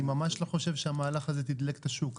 אני ממש לא חושב שהמהלך הזה תדלק את השוק,